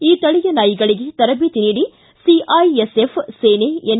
ಈ ತಳಿಯ ನಾಯಿಗಳಿಗೆ ತರದೇತಿ ನೀಡಿ ಸಿಐಎಸ್ಎಫ್ ಸೇನೆ ಎನ್